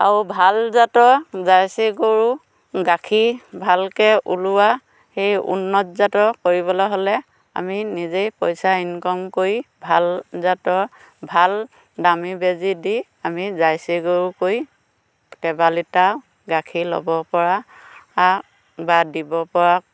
আৰু ভাল জাতৰ জাৰ্চী গৰুৰ গাখীৰ ভালকে ওলোৱা সেই উন্নত জাতৰ কৰিবলে হ'লে আমি নিজেই পইচা ইনকম কৰি ভাল জাতৰ ভাল দামী বেজি দি আমি জাৰ্চী গৰু কৰি কেবা লিটাৰো গাখীৰ ল'ব পৰা বা দিব পৰা